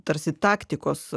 tarsi taktikos